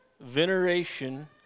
veneration